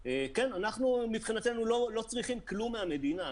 וכן, אנחנו מבחינתנו לא צריכים כלום מהמדינה.